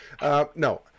No